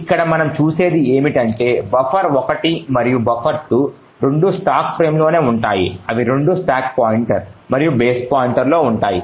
ఇక్కడ మనం చూసేది ఏమిటంటే బఫర్1 మరియు బఫర్2 రెండూ స్టాక్ ఫ్రేమ్లోనే ఉంటాయి అవి రెండూ స్టాక్ పాయింటర్ మరియు బేస్ పాయింటర్లో ఉంటాయి